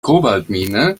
kobaltmine